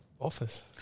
office